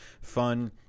fun